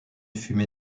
fumée